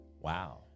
Wow